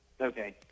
Okay